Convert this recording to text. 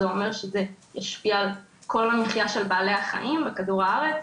זה אומר שזה ישפיע על כל המחייה של בעלי החיים בכדור הארץ.